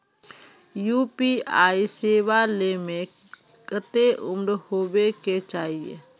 UPI सेवा ले में कते उम्र होबे के चाहिए?